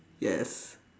yes